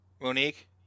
Monique